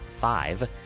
five